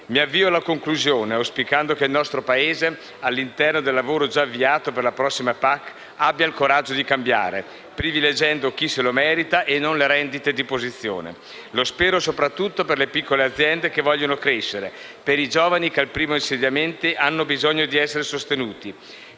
Mi avvio alla conclusione, auspicando che il nostro Paese, all'interno del lavoro già avviato per la prossima PAC, abbia il coraggio di cambiare, privilegiando chi lo merita e non le rendite di posizione. Lo spero soprattutto per le piccole aziende che vogliono crescere, per i giovani che al primo insediamento hanno bisogno di essere sostenuti,